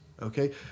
Okay